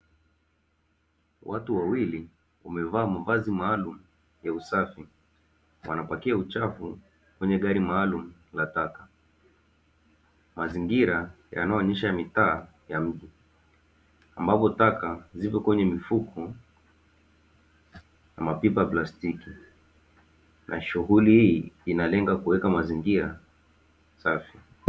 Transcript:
Watu wawili wamevaa mavazi maalumu ya usafi, wanapakia uchafu kwenye gari maalum la taka. Mazingira yanayoonyesha mitaa ya mji ambapo taka zipo kwenye mifuko na mapipa ya plastiki, na shughuli hii inalenga kuweka mazingira safi.